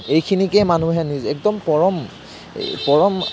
এইখিনিকে মানুহে নিজ একদম পৰম পৰম